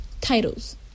titles